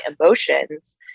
emotions